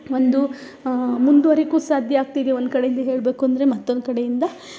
ಒಂದು ಮುಂದುವರಿಯೋಕು ಸಾಧ್ಯ ಆಗ್ತಿದೆ ಒಂದು ಕಡೆಯಿಂದ ಹೇಳಬೇಕು ಅಂದರೆ ಮತ್ತೊಂದು ಕಡೆಯಿಂದ